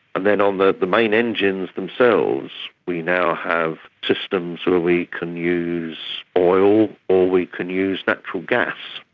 and then on the the main engines themselves we now have systems where we can use oil or we can use natural gas.